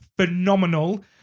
phenomenal